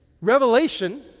Revelation